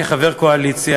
כחבר הקואליציה,